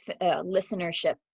listenership